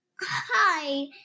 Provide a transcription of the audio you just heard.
hi